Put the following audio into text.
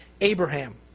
Abraham